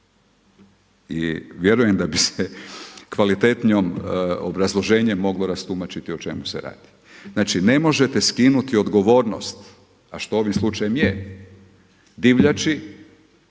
I vjerujem da bi se kvalitetnije obrazloženje moglo rastumačiti o čemu se radi. Znači ne možete skinuti odgovornost, a što ovim slučajem je divljači,